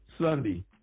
Sunday